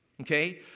Okay